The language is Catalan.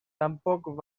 tampoc